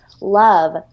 love